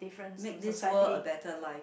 make this world a better life